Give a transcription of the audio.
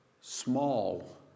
Small